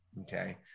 Okay